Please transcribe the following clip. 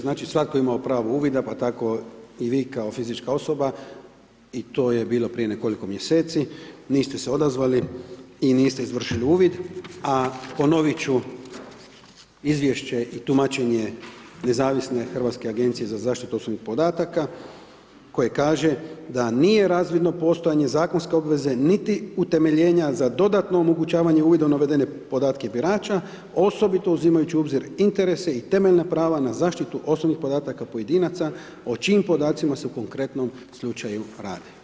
Znači svatko ima pravo uvida pa tako i vi kao fizička osoba i to je bilo prije nekoliko mjeseci, niste se odazvali i niste izvršili uvid, a ponoviti ću izvješće i tumačenje Nezavisne hrvatske agencije za zaštitu osobnih podataka, koji kaže, da nije razvidno postojanje zakonska obveza, niti utemeljenja za dodatno omogućavanje uvida u navedene podatke birača, osobito uzimajući u obzir interese i temeljna prava na zaštitu osobnih podataka pojedinaca, o čijim podacima se konkretnom slučaju radi.